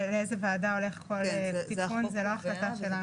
זאת לא החלטה שלנו.